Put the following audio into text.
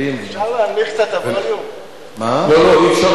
אפשר להנמיך